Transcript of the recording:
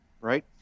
Right